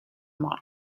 model